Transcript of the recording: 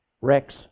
Rex